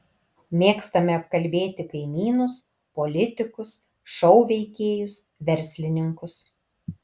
mėgstame apkalbėti kaimynus politikus šou veikėjus verslininkus